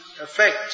effect